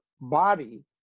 body